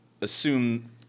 assume